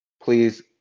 please